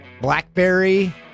Blackberry